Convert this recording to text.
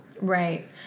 Right